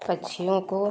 पक्षियों को